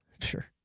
Sure